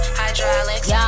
hydraulics